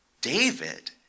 David